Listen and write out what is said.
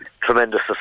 tremendous